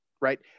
Right